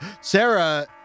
Sarah